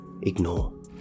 ignore